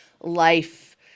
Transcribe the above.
life